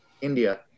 India